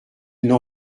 n’en